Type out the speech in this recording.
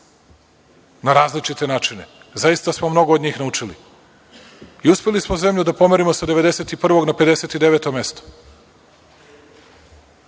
na različite načine. Zaista smo mnogo od njih naučili i uspeli smo zemlju da pomerimo sa 91. na 59. mesto.